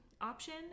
option